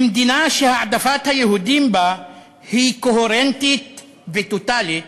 במדינה שהעדפת היהודים בה היא קוהרנטית וטוטלית,